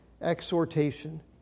exhortation